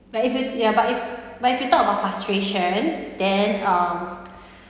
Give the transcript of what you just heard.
but if you ya but if but if you talk about frustration then um